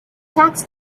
tax